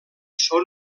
són